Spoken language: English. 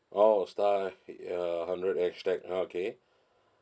oh star uh hundred hashtag okay